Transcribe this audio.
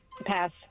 pass